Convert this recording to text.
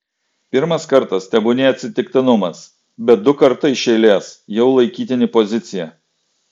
pirmas kartas tebūnie atsitiktinumas bet du kartai iš eilės jau laikytini pozicija